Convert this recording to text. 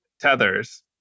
tethers